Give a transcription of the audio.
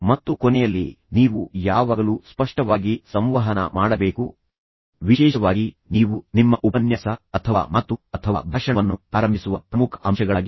ಮತ್ತು ಕೊನೆಯಲ್ಲಿ ನೀವು ಯಾವಾಗಲೂ ಸ್ಪಷ್ಟವಾಗಿ ಸಂವಹನ ಮಾಡಬೇಕು ಎಂದು ನಾನು ಒತ್ತಿ ಹೇಳಿದ್ದೇನೆ ವಿಶೇಷವಾಗಿ ನೀವು ನಿಮ್ಮ ಉಪನ್ಯಾಸ ಅಥವಾ ಮಾತು ಅಥವಾ ಭಾಷಣವನ್ನು ಪ್ರಾರಂಭಿಸುವ ಪ್ರಮುಖ ಅಂಶಗಳಾಗಿವೆ